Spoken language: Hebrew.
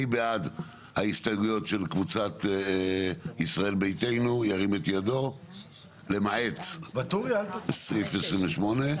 מי בעד ההסתייגויות של קבוצת ישראל ביתנו ירים את ידו למעט סעיף 28?